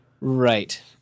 Right